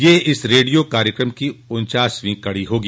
यह इस रेडियो कार्यक्रम की उन्चासवीं कड़ी होगी